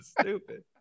Stupid